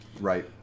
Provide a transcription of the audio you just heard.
Right